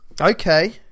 Okay